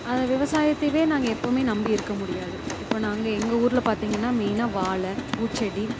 அந்த விவசாயத்தயேவே நாங்கள் எப்பவும் நம்பி இருக்கற முடியாது இப்போ நாங்கள் எங்கள் ஊரில் பார்த்திங்கன்னா மெயினாக வாழை பூச்செடி